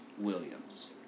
Williams